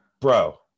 Bro